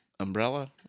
Umbrella